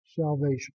salvation